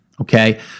Okay